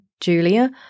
Julia